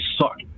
suck